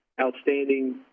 Outstanding